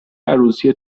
عروسی